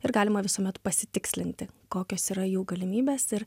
ir galima visuomet pasitikslinti kokios yra jų galimybės ir